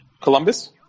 Columbus